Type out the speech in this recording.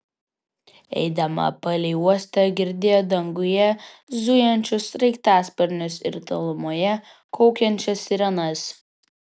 eidama palei uostą girdėjo danguje zujančius sraigtasparnius ir tolumoje kaukiančias sirenas